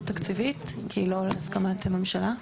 תקציבית כי היא לא בהסכמת הממשלה.